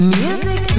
music